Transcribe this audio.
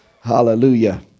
hallelujah